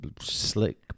slick